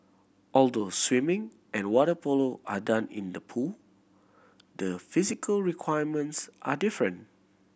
although swimming and water polo are done in the pool the physical requirements are different